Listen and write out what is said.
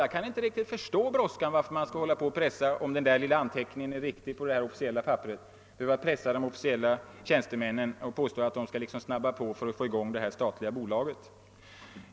Jag kan inte riktigt förstå varför man skulle — om den där lilla anteckningen på det officiella papperet är riktig — behöva pressa tjänstemännen på det sättet och påstå att de måste snabba på med att få i gång bolaget.